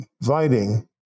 inviting